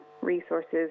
resources